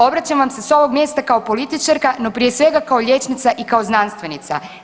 Obraćam vam se s ovog mjesta kao političarka, no prije svega, kao liječnica i kao znanstvenica.